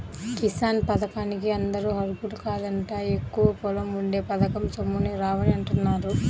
కిసాన్ పథకానికి అందరూ అర్హులు కాదంట, ఎక్కువ పొలం ఉంటే పథకం సొమ్ములు రావని అంటున్నారుగా